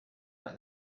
like